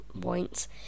points